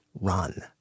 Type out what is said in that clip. run